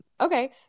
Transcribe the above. okay